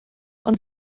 ond